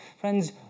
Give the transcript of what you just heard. Friends